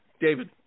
David